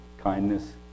kindness